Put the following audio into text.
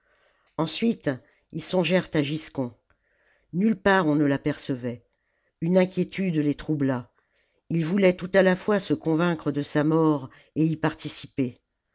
ensuite ils songèrent à giscon nulle part on ne l'apercevait une inquiétude les troubla ils voulaient tout à la fois se convaincre de sa mort et y participer